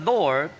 Lord